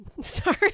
Sorry